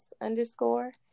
underscore